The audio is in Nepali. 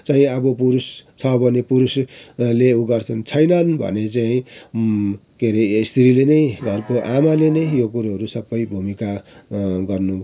चाहिँ अब पुरुष छ भने पुरुषले ऊ गर्छन छैनन् भने चाहिँ के अरे स्त्रीले नै घरको आमाले नै यो कुरोहरू सबै भूमिका गर्नु